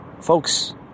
Folks